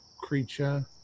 creature